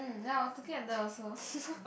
mm ya I was looking at that also